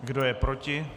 Kdo je proti?